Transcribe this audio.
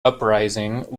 uprising